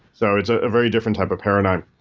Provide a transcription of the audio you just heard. so it's ah a very different type of paradigm.